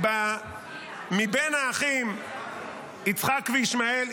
מבין האחים יצחק וישמעאל,